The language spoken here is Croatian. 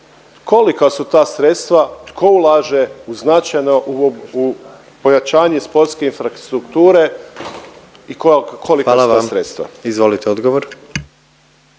kolika su ta sredstva, tko ulaže u značajno pojačanje sportske infrastrukture i kolika su ta sredstva. **Jandroković, Gordan